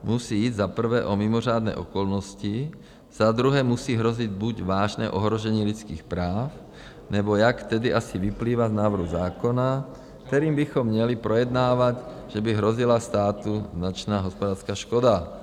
Musí jít za prvé o mimořádné okolnosti, za druhé musí hrozit buď vážné ohrožení lidských práv, nebo jak tedy asi vyplývá z návrhu zákona, který bychom měli projednávat, že by hrozila státu značná hospodářská škoda.